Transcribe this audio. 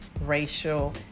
racial